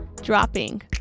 Dropping